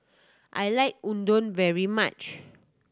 I like Udon very much